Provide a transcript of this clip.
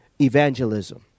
evangelism